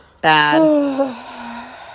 bad